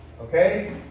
Okay